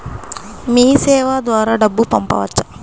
మీసేవ ద్వారా డబ్బు పంపవచ్చా?